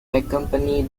accompany